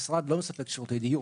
לא מספק שירותי דיור.